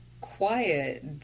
quiet